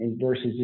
versus